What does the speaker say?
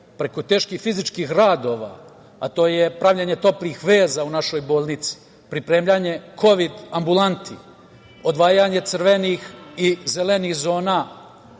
preko teških fizičkih radova, a to je pravljenje toplih veza u našoj bolnici, pripremanje kovid ambulanti, odvajanje crvenih i zelenih zona,